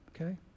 Okay